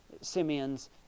Simeon's